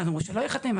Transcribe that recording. ואז אמרו שלא ייחתם,